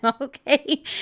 okay